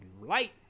light